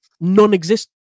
non-existent